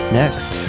next